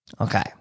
Okay